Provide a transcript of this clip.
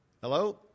Hello